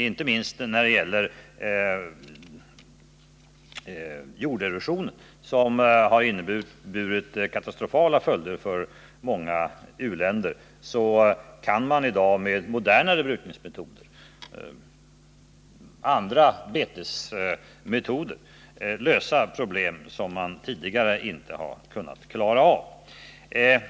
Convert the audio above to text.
Inte minst när det gäller jorderosionen, som fått katastrofala följder för många u-länder, kan man i dag med modernare brukningsmetoder lösa problem som man tidigare inte har kunnat klara av.